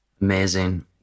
amazing